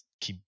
keep